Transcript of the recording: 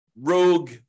rogue